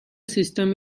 system